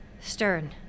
Stern